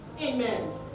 Amen